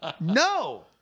No